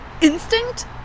Instinct